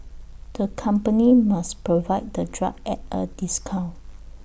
the company must provide the drug at A discount